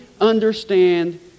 understand